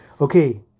Okay